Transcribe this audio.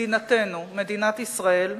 מדינתנו, מדינת ישראל,